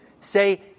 Say